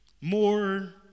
more